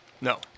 No